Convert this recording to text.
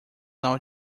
now